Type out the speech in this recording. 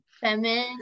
feminine